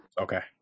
Okay